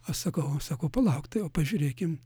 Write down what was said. aš sakau aš sakau palauk tai o pažiūrėkim